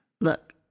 look